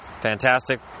fantastic